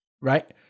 Right